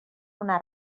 una